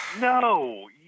No